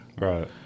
Right